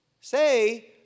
say